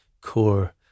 core